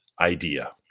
idea